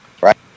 right